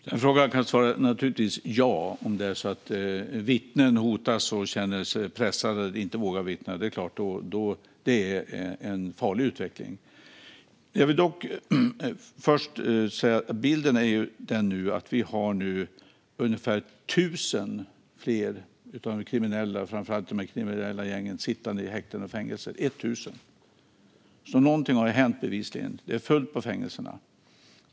Fru talman! Den frågan svarar jag naturligtvis ja på. Om det är så att vittnen hotas, känner sig pressade och inte vågar vittna är det klart att det är en farlig utveckling. Jag vill dock säga att vi nu har ungefär tusen fler av de kriminella, framför allt från de kriminella gängen, sittande i häkten och fängelser. Någonting har bevisligen hänt. Det är fullt på fängelserna.